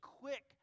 quick